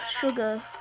sugar